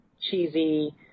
cheesy